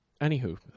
Anywho